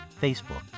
Facebook